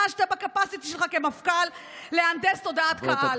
ב-capacity שלך כמפכ"ל להנדס תודעת קהל.